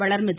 Valarmathi